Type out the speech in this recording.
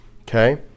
Okay